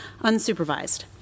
unsupervised